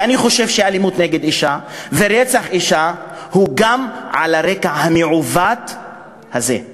ואני חושב שאלימות נגד אישה ורצח אישה הם גם על הרקע המעוות הזה.